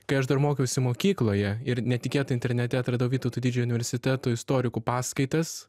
kai aš dar mokiausi mokykloje ir netikėtai internete atradau vytauto didžiojo universiteto istorikų paskaitas